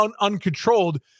uncontrolled